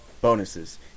bonuses